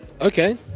Okay